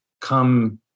come